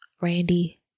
Randy